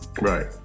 Right